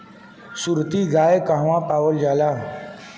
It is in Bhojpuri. सुरती गाय कहवा पावल जाला?